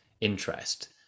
interest